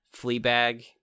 Fleabag